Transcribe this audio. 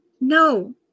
no